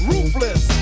Ruthless